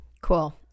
Cool